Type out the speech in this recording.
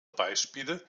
beispiele